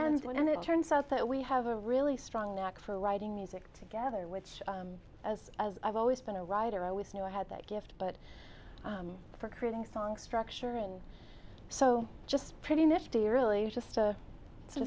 grounds and it turns out that we have a really strong knack for writing music together which as as i've always been a writer i always knew i had that gift but for creating song structure and so just pretty nifty really just a